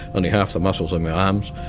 only half the muscles on my arms.